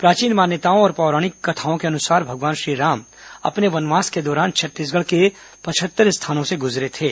प्राचीन मान्यताओं और पौराणिक कथाओं के अनुसार भगवान श्रीराम अपने वनवास के दौरान छत्तीसगढ़ के पचहत्तर स्थानों से गुजरे थे